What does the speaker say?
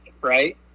right